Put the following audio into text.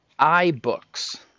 iBooks